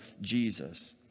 Jesus